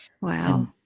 Wow